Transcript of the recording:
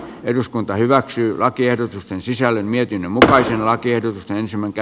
eduskunta hyväksyy lakiehdotusten sisällön mietin mutaisilla tiedustelin sementö